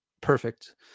perfect